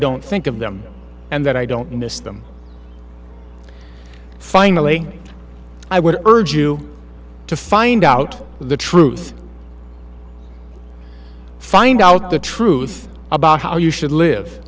don't think of them and that i don't miss them finally i would urge you to find out the truth find out the truth about how you should live